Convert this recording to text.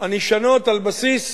הנשענות על בסיס,